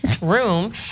room